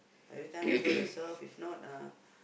everytime humble yourself if not uh